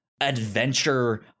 adventure